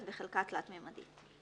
ותכנונית זה אושר,